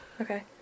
Okay